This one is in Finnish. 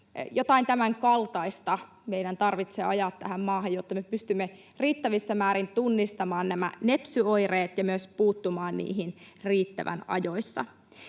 Jotain tämänkaltaista meidän tarvitsee ajaa tähän maahan, jotta me pystymme riittävissä määrin tunnistamaan nämä nepsy-oireet ja myös puuttumaan niihin riittävän ajoissa.